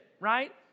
right